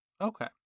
Okay